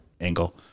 angle